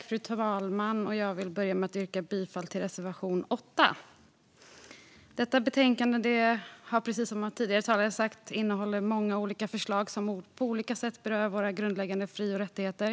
Fru talman! Jag vill börja med att yrka bifall till reservation 8. Detta betänkande innehåller, precis som tidigare talare har sagt, många förslag som på olika sätt berör våra grundläggande fri och rättigheter.